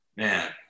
Man